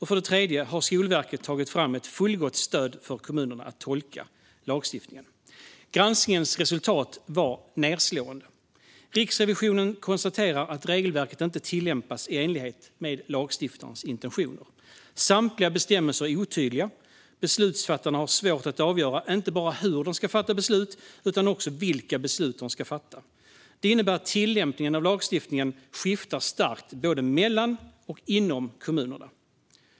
För det tredje: Har Skolverket tagit fram ett fullgott stöd för kommunerna att tolka lagstiftningen? Granskningens resultat var nedslående. Riksrevisionen konstaterar att regelverket inte tillämpas i enlighet med lagstiftarens intentioner. Samtliga bestämmelser är otydliga. Beslutsfattarna har svårt att avgöra inte bara hur de ska fatta beslut utan också vilka beslut de ska fatta. Detta innebär att tillämpningen av lagstiftning skiftar starkt både mellan och inom kommunerna.